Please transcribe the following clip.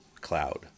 cloud